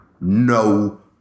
no